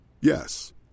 Yes